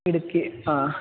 ഇടുക്കി ആ